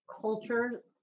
culture